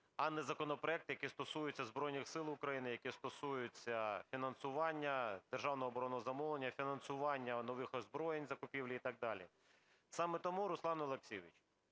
а не законопроекти, які стосуються Збройних Сил України, які стосуються фінансування державного оборонного замовлення і фінансування нових озброєнь закупівлі, і так далі? Саме тому, Руслан Олексійович,